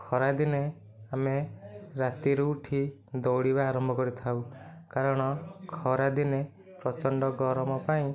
ଖରାଦିନେ ଆମେ ରାତିରୁ ଉଠି ଦୌଡ଼ିବା ଆରମ୍ଭ କରିଥାଉ କାରଣ ଖରା ଦିନେ ପ୍ରଚଣ୍ଡ ଗରମ ପାଇଁ